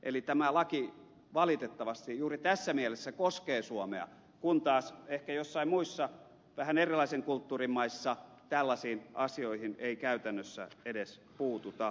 eli tämä laki valitettavasti juuri tässä mielessä koskee suomea kun taas ehkä joissain muissa vähän erilaisen kulttuurin maissa tällaisiin asioihin ei käytännössä edes puututa